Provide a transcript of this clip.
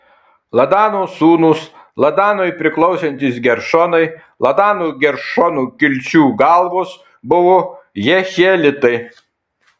ladano sūnūs ladanui priklausantys geršonai ladano geršono kilčių galvos buvo jehielitai